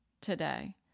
today